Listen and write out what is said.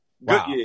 Wow